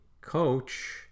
coach